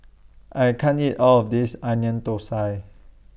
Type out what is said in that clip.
I can't eat All of This Onion Thosai